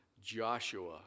Joshua